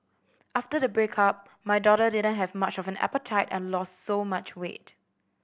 after the breakup my daughter didn't have much of an appetite and lost so much weight